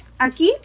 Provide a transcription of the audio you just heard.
aquí